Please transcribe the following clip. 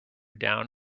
down